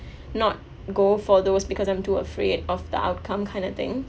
not go for those because I'm too afraid of the outcome kind of thing